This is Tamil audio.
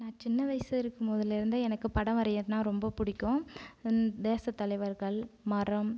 நான் சின்ன வயசாக இருக்கும் போதுலிருந்தே எனக்கு படம் வரைகிறதுன்னா ரொம்ப பிடிக்கும் தேச தலைவர்கள் மரம்